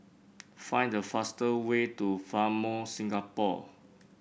find the fastest way to Fairmont Singapore